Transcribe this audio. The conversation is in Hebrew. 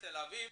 בתל אביב,